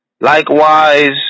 Likewise